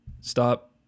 stop